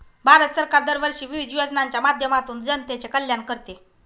भारत सरकार दरवर्षी विविध योजनांच्या माध्यमातून जनतेचे कल्याण करते